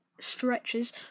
stretches